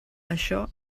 això